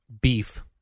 beef